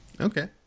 Okay